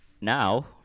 now